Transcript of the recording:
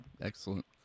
Excellent